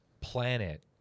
planet